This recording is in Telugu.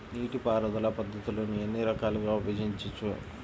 నీటిపారుదల పద్ధతులను ఎన్ని రకాలుగా విభజించవచ్చు?